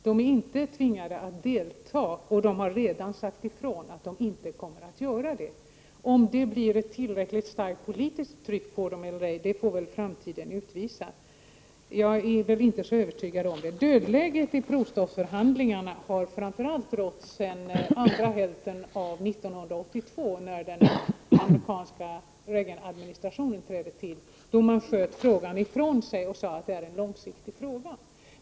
Man är inte tvingad att delta, och flera av kärnvapenmakterna har redan sagt att man inte kommer att gå med på ändringar i avtalet. Om en sådan konferens blir ett tillräckligt starkt politiskt tryck på dessa stater eller ej får väl framtiden utvisa. Jag är inte särskilt övertygad på den punkten. Så till det dödläge i provstoppsförhandlingarna som har rått åtminstone alltsedan hälften av 1982, då den amerikanska Reaganadministrationen trädde till. Då sköt man frågan ifrån sig och sade att det var en långsiktig fråga.